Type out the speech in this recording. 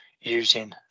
using